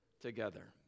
together